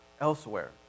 elsewhere